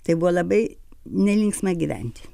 tai buvo labai nelinksma gyventi